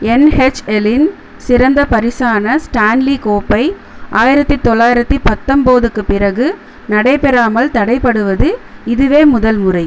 என்ஹெச்எல்லின் சிறந்த பரிசான ஸ்டான்லி கோப்பை ஆயிரத்தி தொள்ளாயிரத்தி பத்தொம்போதுக்குப் பிறகு நடைபெறாமல் தடைபடுவது இதுவே முதல் முறை